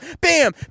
bam